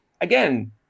again